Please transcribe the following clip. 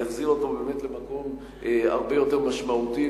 באמת למקום הרבה יותר משמעותי,